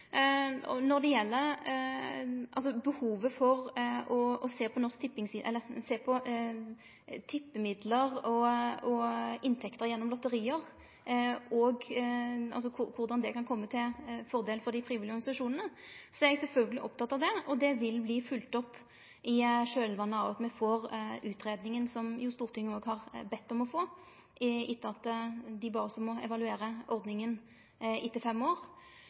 å sjå på tippemidlar og inntekter gjennom lotteria – korleis det kan komme dei frivillige organisasjonane til del – er eg sjølvsagt oppteken av det. Det vil verte følgt opp i kjølvatnet av at me får utgreiinga, som Stortinget har bedt om å få, etter at ein bad oss om å evaluere ordninga etter fem år